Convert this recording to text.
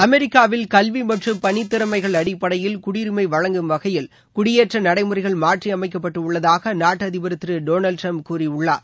அமெரிக்காவில் கல்வி மற்றும்பணி திறமைகள் அடிப்படையில் குடியுரிமை வழங்கும் வகையில் குடியேற்ற நடைமுறைகள் மாற்றியமைக்கப்பட்டுள்ளதாக அந்நாட்டு அதிபர் திரு டொனால்டு டிரம்ப் கூறியுள்ளார்